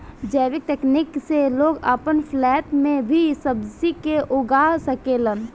जैविक तकनीक से लोग आपन फ्लैट में भी सब्जी के उगा सकेलन